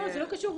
לא, זה לא קשור.